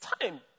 Time